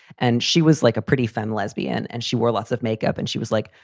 and she was like a pretty fun lesbian and she wear lots of makeup. and she was like,